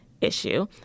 issue